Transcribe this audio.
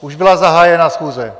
Už byla zahájena schůze.